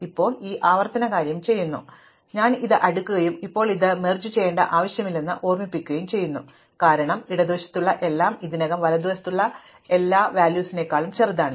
ഇപ്പോൾ ഞാൻ ഈ ആവർത്തന കാര്യം ചെയ്യുന്നു ഞാൻ ഇത് അടുക്കുകയും ഇപ്പോൾ ഇത് ലയിപ്പിക്കേണ്ട ആവശ്യമില്ലെന്ന് ഓർമ്മിക്കുകയും ചെയ്യുന്നു കാരണം ഇടതുവശത്തുള്ള എല്ലാം ഇതിനകം വലതുവശത്തുള്ള എല്ലാതിനേക്കാളും ചെറുതാണ്